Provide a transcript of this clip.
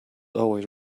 always